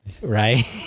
Right